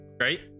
right